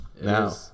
Now